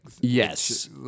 Yes